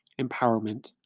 empowerment